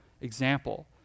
example